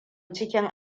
cikin